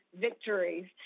victories